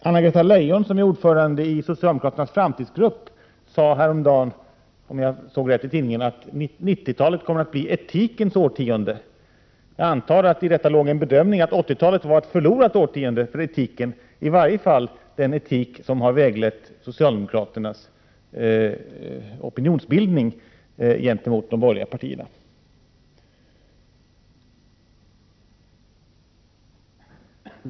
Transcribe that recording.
Anna-Greta Leijon, som är ordförande i socialdemokraternas framtidsgrupp, sade häromdagen, om jag såg rätt i tidningen, att 90-talet kommer att bli etikens årtionde. Jag antar att det i detta låg en bedömning att 80-talet varit ett förlorat årtionde för etiken, i varje fall den etik som har väglett socialdemokraternas opinionsbildning gentemot de borgerliga partierna.